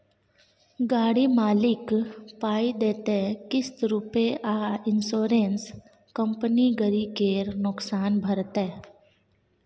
गाड़ी मालिक पाइ देतै किस्त रुपे आ इंश्योरेंस कंपनी गरी केर नोकसान भरतै